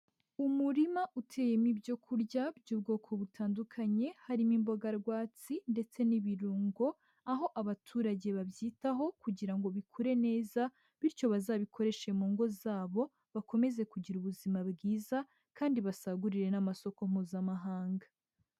Umurima uteyemo ibyo kurya by'ubwoko butandukanye, harimo imboga rwatsi ndetse n'ibirungo, aho abaturage babyitaho kugira ngo bikure neza, bityo bazabikoreshe mu ngo zabo bakomeze kugira ubuzima bwiza kandi basagurire n'amasoko Mpuzamahanga.